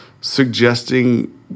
suggesting